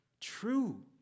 true